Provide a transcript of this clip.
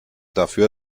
dafür